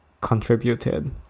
contributed